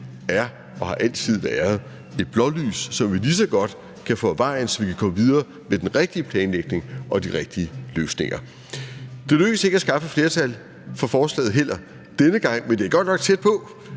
er og altid har været et blålys, som vi lige så godt kan få af vejen, så vi kan komme videre med den rigtige planlægning og de rigtige løsninger. Det lykkedes ikke at skaffe et flertal for forslaget denne gang heller. Men det er godt nok tæt på,